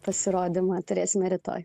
pasirodymą turėsime rytoj